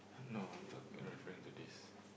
no I'm talk I'm referring to this